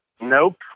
Nope